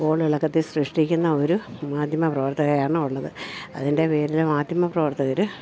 കോളിളക്കത്തിൽ സൃഷ്ടിക്കുന്ന ഒരു മാധ്യമ പ്രവർത്തകരാണ് ഉള്ളത് അതിൻ്റെ പേരിൽ മാധ്യമ പ്രവർത്തകർ